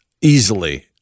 easily